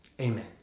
amen